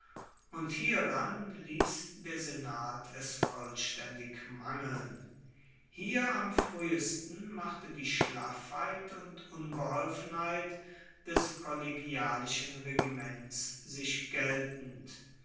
und hieran liess der senat es vollstaendig mangeln hier am fruehesten machte die schlaffheit und unbeholfenheit des kollegialischen regiments sich geltend